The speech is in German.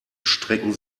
strecken